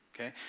okay